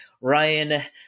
Ryan